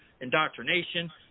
indoctrination